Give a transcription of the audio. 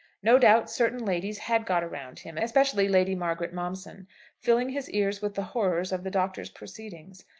no doubt certain ladies had got around him especially lady margaret momson filling his ears with the horrors of the doctor's proceedings.